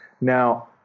Now